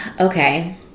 Okay